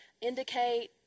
indicate